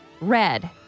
red